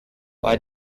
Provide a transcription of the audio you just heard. bei